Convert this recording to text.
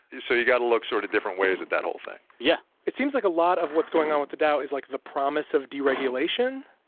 so you've got to look sort of different ways at that whole thing yeah it seems like a lot of what's going on with the dow is, like, the promise of deregulation.